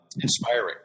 inspiring